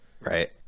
Right